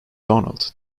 donald